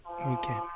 okay